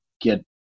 get